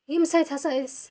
ییٚمہِ سۭتۍ ہسا أسۍ